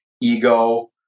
ego